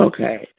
Okay